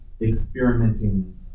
experimenting